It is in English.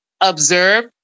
observe